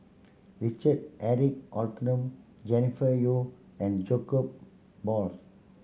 Richard Eric Holttum Jennifer Yeo and Jacob Balls